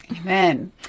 Amen